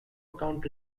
account